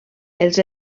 els